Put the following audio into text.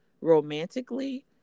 romantically